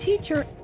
teacher